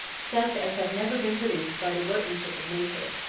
such as have never been produced by the workmanship of nature.